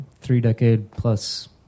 three-decade-plus